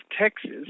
Texas